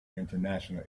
international